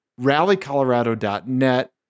rallycolorado.net